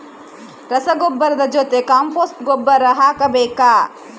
ರಸಗೊಬ್ಬರದ ಜೊತೆ ಕಾಂಪೋಸ್ಟ್ ಗೊಬ್ಬರ ಹಾಕಬೇಕಾ?